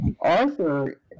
arthur